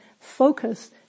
focus